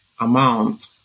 amount